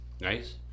Nice